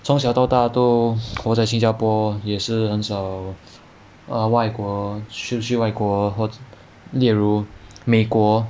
从小到大都活在新加坡也是很少 err 外国出去外国和例如美国